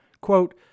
Quote